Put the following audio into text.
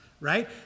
right